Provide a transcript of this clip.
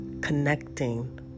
connecting